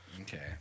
Okay